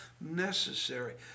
necessary